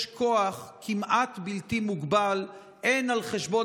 יש כוח כמעט בלתי מוגבל הן על חשבון